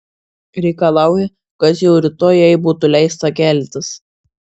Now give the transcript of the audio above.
reikalauja kad jau rytoj jai būtų leista keltis